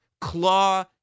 claw